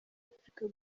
afurika